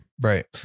Right